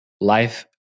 life